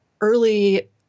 early